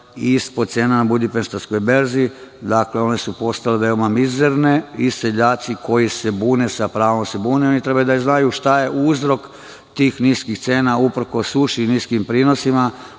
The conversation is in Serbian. ispod cena na budipeštanskoj berzi. Dakle, one su postale veoma mizerne i seljaci, koji se bune, sa pravom se bune. Oni treba da znaju šta je uzrok tih niskih cena, uprkos suši i niskim prinosima.